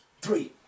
Three